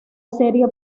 serie